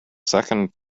second